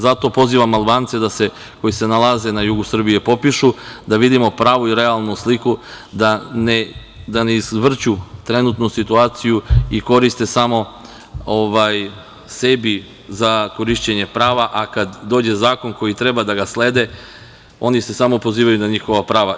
Zato pozivam Albance da se, koji se nalaze na jugu Srbije, popišu, da vidimo pravu i realnu sliku, da ne izvrću trenutnu situaciju i koriste samo sebi za korišćenje prava, a kada dođe zakon koji treba da slede, oni se samo pozivaju na njihova prava.